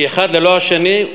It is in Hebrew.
כי אחד ללא השני,